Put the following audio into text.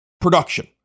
production